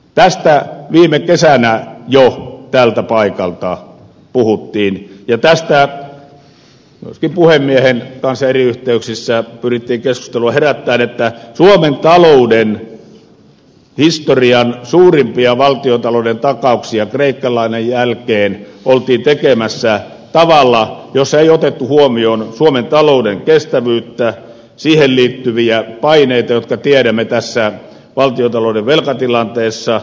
tästä jo viime kesänä tältä paikalta puhuttiin ja tästä myöskin puhemiehen kanssa eri yhteyksissä pyrittiin keskustelua herättämään että suomen talouden historian suurimpia valtiontalouden takauksia kreikka lainan jälkeen oltiin tekemässä tavalla jossa ei otettu huomioon suomen talouden kestävyyttä siihen liittyviä paineita jotka tiedämme tässä valtiontalouden velkatilanteessa